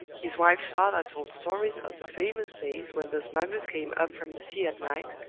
his wife's father told stories of the famous days when the smugglers came up from the sea at night,